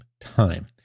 time